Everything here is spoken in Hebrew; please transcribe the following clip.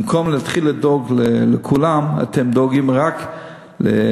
במקום להתחיל לדאוג לכולם, אתם דואגים רק לעשירים.